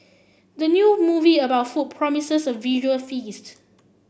the new movie about food promises a visual feast